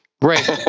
Great